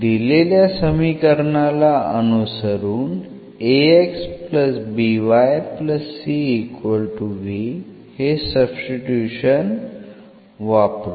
दिलेल्या समीकरणाला अनुसरून हे सब्स्टिट्यूशन करू